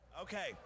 Okay